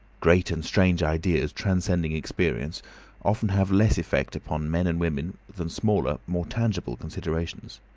great and strange ideas transcending experience often have less effect upon men and women than smaller, more tangible considerations.